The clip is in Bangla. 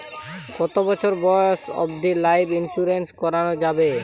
কতো বছর বয়স অব্দি লাইফ ইন্সুরেন্স করানো যাবে?